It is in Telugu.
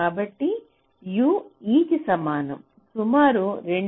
కాబట్టి U e కి సమానం సుమారు 2